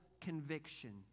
conviction